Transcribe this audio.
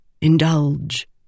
indulge